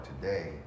today